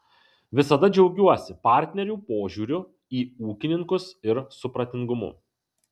visada džiaugiuosi partnerių požiūriu į ūkininkus ir supratingumu